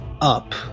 up